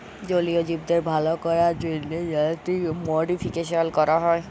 জলীয় জীবদের ভাল ক্যরার জ্যনহে জেলেটিক মডিফিকেশাল ক্যরা হয়